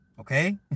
Okay